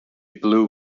blue